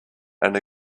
and